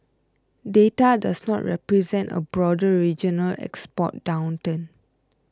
data does not represent a broader regional export downturn